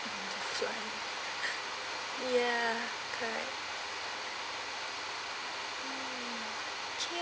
ya correct mm okay